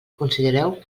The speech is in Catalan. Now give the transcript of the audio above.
considereu